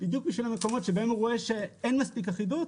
בדיוק בשביל המקומות שבהם הוא רואה שאין מספיק אחידות,